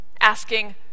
asking